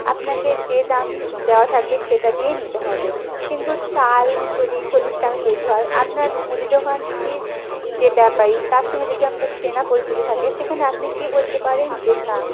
আপনাকে যে দাম দেওয়া থাকবে সেটি দিয়েই নিতে হবে কিন্তু চাল যদি চল্লিশ টাকা কেজি হয় আপনার মুদি দোকানটির যে ব্যাপারী তার সঙ্গে যদি আপনার চেনা পরিচিতি থাকে সেখানে আপনি কী বলতে পারেন যে না